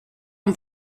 amb